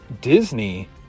Disney